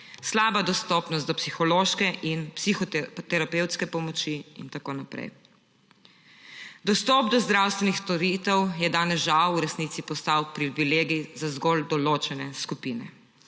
slaba dostopnost do psihološke in psihoterapevtske pomoči in tako naprej. Dostop do zdravstvenih storitev je danes žal v resnici postal privilegij za zgolj določene skupine.